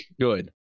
Good